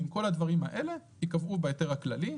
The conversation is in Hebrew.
- כל הדברים האלה ייקבעו בהיתר הכללי.